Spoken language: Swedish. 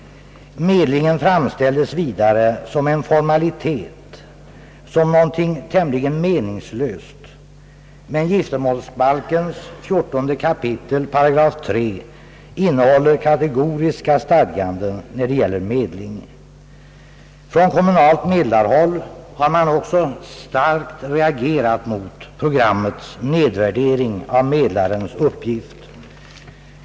Medlingen framställdes vidare som en formalitet — som någonting tämligen meningslöst, men giftermålsbalkens 14 kap. § 3 innehåller kategoriska stadganden, när det gäller medling. Från kommunalt medlarhåll har man också starkt reagerat mot programmets nedvärdering av medlarens uppgift.